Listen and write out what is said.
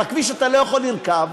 על הכביש אתה לא יכול לרכוב,